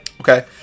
Okay